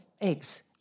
eggs